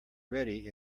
ready